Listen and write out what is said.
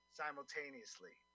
simultaneously